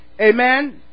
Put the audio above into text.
Amen